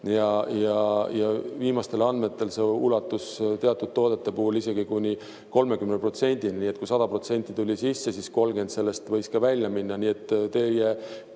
Viimastel andmetel see ulatus osa toodete puhul isegi kuni 30%‑ni, nii et kui 100% tuli sisse, siis 30% sellest võis ka välja minna. Nii et teie